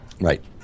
right